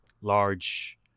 large